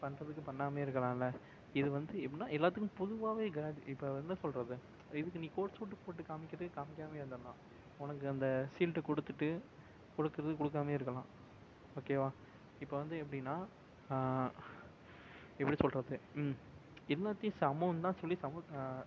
பண்ணுறதுக்கு பண்ணாமையே இருக்கலாமில்ல இது வந்து எப்படின்னா எல்லாத்துக்கும் பொதுவாகவே க்ரா இப்போ என்ன சொல்கிறது இதுக்கு நீ கோட் சூட் போட்டுக் காண்மிக்கறத்துக்கு காண்மிக்காமையே இருந்தரலாம் உனக்கு அந்த ஷீல்டு கொடுத்துட்டு கொடுக்குறதுக்கு கொடுக்காமையே இருக்கலாம் ஓகேவா இப்போது வந்து எப்படின்னா எப்படி சொல்கிறது ம் எல்லாத்தேயும் சமன்னு தான் சொல்லி சமம்